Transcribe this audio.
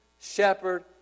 shepherd